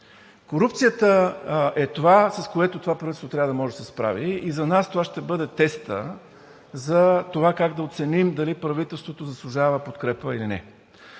Корупцията е това, с което това правителство трябва да може да се справи. За нас това ще бъде тест как да оценим дали правителството заслужава подкрепа или не.